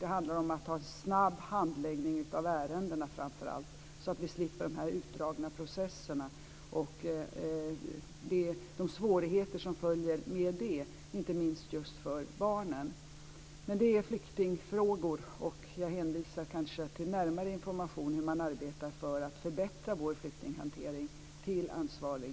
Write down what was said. Det handlar framför allt om att ha en snabb handläggning av ärendena, så att vi slipper de utdragna processerna och de svårigheter som följer med det, inte minst just för barnen. Det är alltså flyktingfrågor, och jag hänvisar till ansvarig minister för närmare information om hur man arbetar för att förbättra vår flyktinghantering.